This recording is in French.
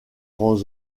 grands